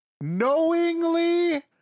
knowingly